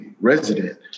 resident